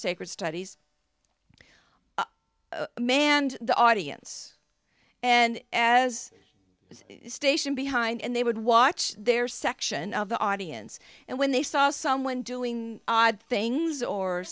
sacred studies manned the audience and as station behind they would watch their section of the audience and when they saw someone doing odd things or